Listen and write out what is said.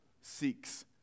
seeks